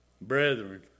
Brethren